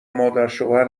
مادرشوهر